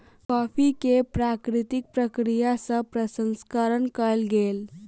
coffee के प्राकृतिक प्रक्रिया सँ प्रसंस्करण कयल गेल